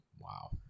Wow